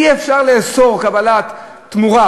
אי-אפשר לאסור קבלת תמורה